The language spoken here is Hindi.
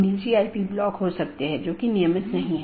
BGP AS के भीतर कार्यरत IGP को प्रतिस्थापित नहीं करता है